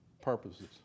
purposes